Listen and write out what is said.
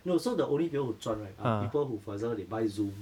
no so the only people who 赚 right are people who for example they buy Zoom